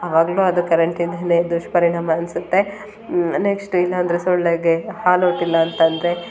ಅವಾಗಲೂ ಅದು ಕರೆಂಟಿಂದಲೇ ದುಷ್ಪರಿಣಾಮ ಅನಿಸುತ್ತೆ ನೆಕ್ಸ್ಟ್ ಇಲ್ಲಾಂದರೆ ಸೊಳ್ಳೆಗೆ ಹಾಲ್ ಔಟ್ ಇಲ್ಲಾಂತಂದರೆ